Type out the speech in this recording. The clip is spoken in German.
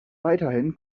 weiterhin